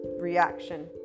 reaction